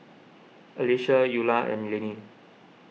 Alyssia Ula and Leanne